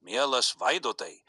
mielas vaidotai